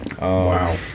Wow